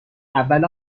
اول